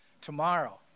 tomorrow